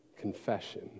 Confession